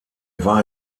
war